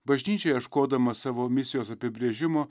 bažnyčia ieškodama savo misijos apibrėžimo